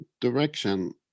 direction